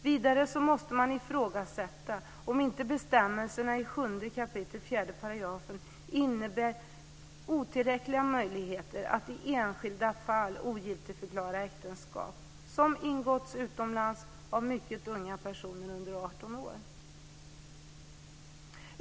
Vidare måste man ifrågasätta om inte bestämmelserna i 7 kap. 4 § innebär otillräckliga möjligheter att i enskilda fall ogiltigförklara äktenskap som ingåtts utomlands av mycket unga personer under 18 år.